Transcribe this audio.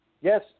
Yes